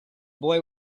boy